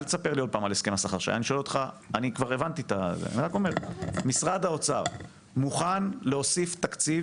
אני אומר, משרד האוצר מוכן להוסיף תקציב?